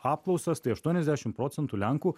apklausas tai aštuoniasdešimt procentų lenkų